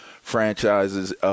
franchises